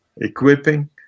equipping